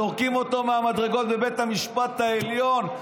זורקים אותו מהמדרגות בבית המשפט העליון.